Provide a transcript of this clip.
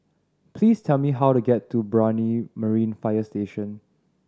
please tell me how to get to Brani Marine Fire Station